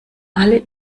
alle